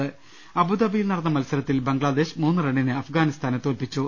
്് അബൂദാബിയിൽ നടന്ന മത്സരത്തിൽ ബംഗ്ലാദേശ് മൂന്ന് റണ്ണിന് അഫ്ഗാനി സ്ഥാനെ തോൽപ്പിച്ചു